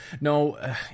No